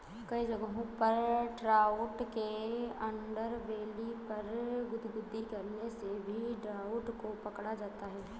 कई जगहों पर ट्राउट के अंडरबेली पर गुदगुदी करने से भी ट्राउट को पकड़ा जाता है